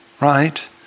right